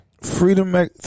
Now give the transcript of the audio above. Freedom